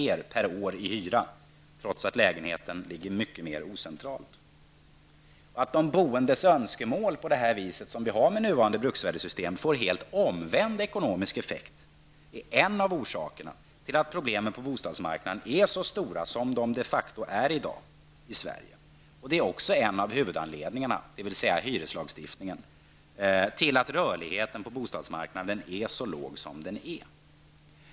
mer per år i hyra trots att lägenheten är belägen mycket mer ocentralt. Att de boendes önskemål genom nuvarande bruksvärdessystem får en helt omvänd ekonomisk effekt är en av orsakerna till att problemen på bostadsmarknaden i Sverige i dag de facto är så stora som de är. Hyreslagstiftningen är också en av huvudanledningarna till att rörligheten på bostadsmarknaden är så låg som den är.